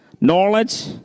knowledge